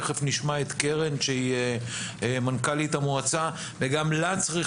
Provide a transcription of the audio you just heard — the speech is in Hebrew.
תכף נשמע את קרן שהיא מנכ"לית המועצה וגם לה צריך